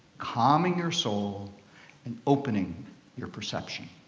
calming your soul and opening your perception.